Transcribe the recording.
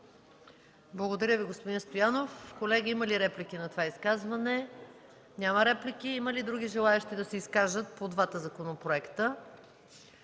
Благодаря, господин Стоянов. Колеги, има ли реплики на това изказване? Няма реплики. Има ли други желаещи да се изкажат по двата законопроекта?